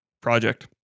project